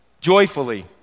joyfully